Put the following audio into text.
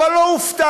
אבל לא הופתעתי.